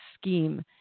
scheme